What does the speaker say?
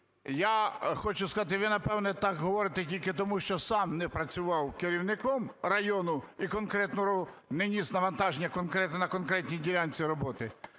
Я хочу сказати, ви, напевно, так говорите тільки тому, що сам не працював керівником району і конкретно не ніс навантаження конкретне на конкретній ділянці роботи.